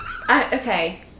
Okay